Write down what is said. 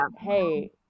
hey